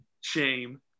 shame